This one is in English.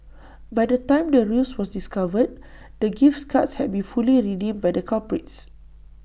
by the time the ruse was discovered the gifts cards had been fully redeemed by the culprits